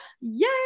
yay